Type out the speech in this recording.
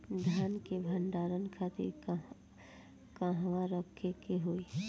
धान के भंडारन खातिर कहाँरखे के होई?